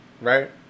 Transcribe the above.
Right